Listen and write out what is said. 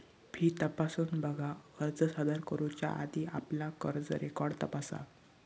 fee तपासून बघा, अर्ज सादर करुच्या आधी आपला कर्ज रेकॉर्ड तपासा